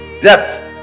death